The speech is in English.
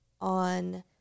on